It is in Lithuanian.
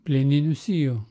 plieninių sijų